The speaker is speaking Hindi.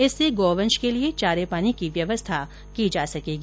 जिससे गौवंश के लिए चारे पानी की व्यवस्था की जा सकेगी